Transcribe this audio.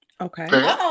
Okay